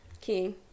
King